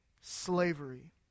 slavery